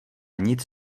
nic